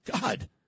God